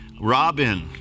Robin